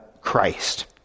Christ